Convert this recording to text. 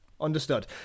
Understood